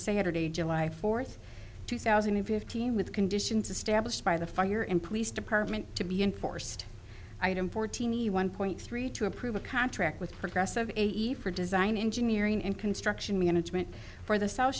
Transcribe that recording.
saturday july fourth two thousand and fifteen with conditions established by the fire and police department to be enforced item fortini one point three to approve a contract with progressive for design engineering and construction management for the south